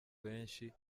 benshi